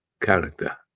character